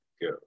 go